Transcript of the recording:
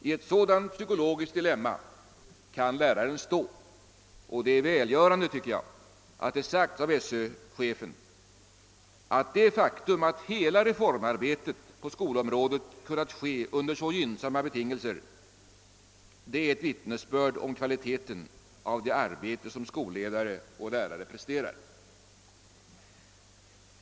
I ett sådant psykologiskt dilemma kan läraren stå, och det är välgörande att det sagts av SÖ-chefen att det faktum att hela reformarbetet på skolområdet har kunnat ske under så gynnsamma betingelser är ett vittnesbörd om kvaliteten av det arbete som skolledare och lärare presterar.